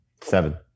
Seven